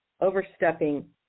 overstepping